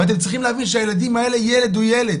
ואתם צריכים להבין שילד הוא ילד,